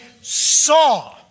saw